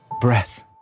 breath